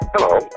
Hello